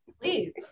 please